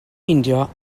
meindio